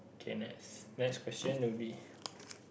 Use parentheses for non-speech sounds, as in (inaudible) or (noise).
K next next question will be (breath)